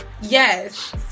Yes